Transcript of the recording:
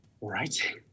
right